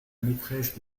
maîtresse